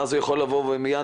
ואז הוא יכול לבוא ומיד